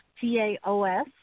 T-A-O-S